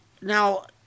Now